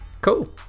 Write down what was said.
Cool